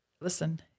listen